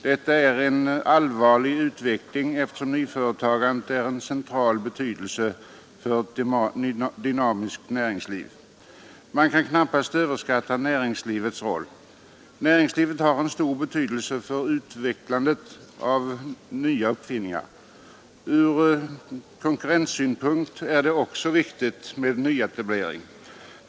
Det är en allvarlig utveckling, eftersom nyföretagandet är av central betydelse för ett dynamiskt näringsliv. Man kan knappast överskatta näringslivets roll. Näringslivet har en stor betydelse för utvecklandet av nya uppfinningar. Från konkurrenssynpunkt är det också viktigt med nyetablering.